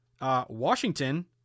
Washington